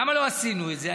למה לא עשינו את זה?